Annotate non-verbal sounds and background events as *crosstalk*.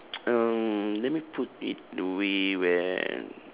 *noise* um let me put it in a way where